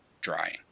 drying